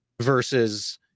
versus